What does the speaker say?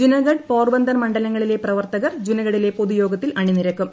ജുനഗഡ് പോർബന്തർ മണ്ഡലിങ്ങളിലെ പ്രവർത്തകർ ജുനഗഡിലെ പൊതുയോഗ്ഗത്തിൽ അണിനിരക്കും